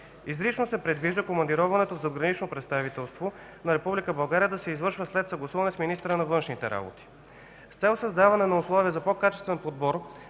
Изрично се предвижда командироването в задгранично представителство на Република България да се извършва след съгласуване с министъра на външните работи. С цел създаване на условия за по-качествен подбор